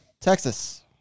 Texas